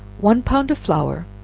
one pound of flour,